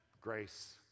grace